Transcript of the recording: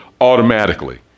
automatically